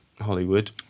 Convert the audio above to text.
Hollywood